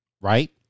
right